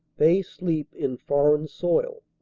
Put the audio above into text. they sleep in foreign soil,